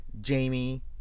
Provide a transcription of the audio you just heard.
Jamie